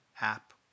app